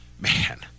man